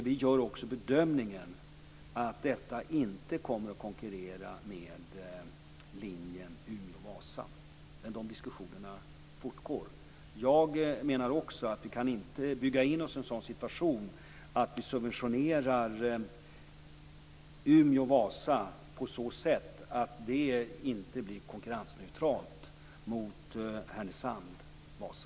Vi gör också bedömningen att detta inte kommer att konkurrera med linjen Umeå-Vasa. Men de diskussionerna fortgår. Jag menar också att vi inte kan bygga in oss i en sådan situation att vi subventionerar Umeå-Vasa på ett sådant sätt att det inte blir konkurrensneutralt gentemot Härnösand-Vasa.